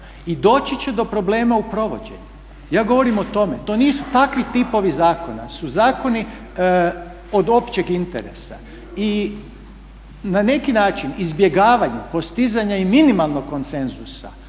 I doći će do problema u provođenju. Ja govorim o tome. To nisu takvi tipovi zakona, to su zakoni od općeg interesa. I na neki način izbjegavanje postizanja i minimalnog konsenzusa,